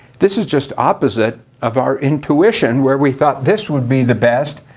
this is just opposite of our intuition where we thought this would be the best,